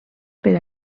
per